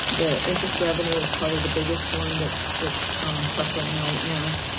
the interest revenue is probably the biggest one that's that's suffering right now,